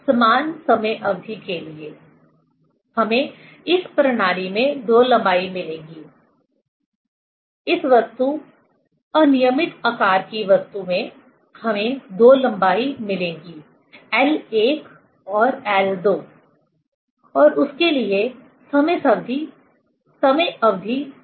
समान समय अवधि के लिए हमें इस प्रणाली में दो लंबाई मिलेगी इस वस्तु अनियमित आकार की वस्तु में हमें दो लंबाई मिलेंगी l1 और l2 और उसके लिए समय अवधि समान होगी